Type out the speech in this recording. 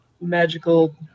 magical